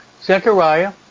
Zechariah